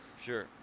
Sure